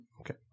Okay